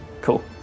Cool